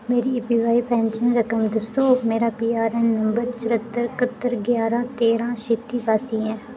मेरी APY pension रकम दस्सो मेरा पीआरएऐन्न नंबर चर्हत्तर क्हत्तर ग्यारां तेरां छित्ती कास्सी ऐ